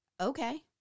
Okay